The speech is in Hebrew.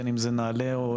בין אם זה נהלי מסע,